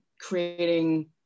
creating